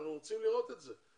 אנחנו רוצים לראות את זה.